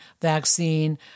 vaccine